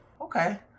okay